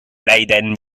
leiden